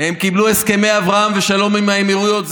הם קיבלו הסכמי אברהם ושלום עם האמירויות.